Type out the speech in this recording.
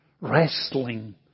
wrestling